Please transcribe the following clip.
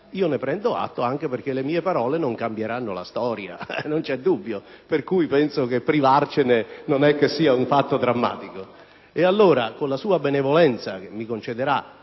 ne prendo atto, anche perché le mie parole non cambieranno la storia, non c'è dubbio: ragion per cui, penso che privarcene non sarà un fatto drammatico. Se però con la sua benevolenza mi concederà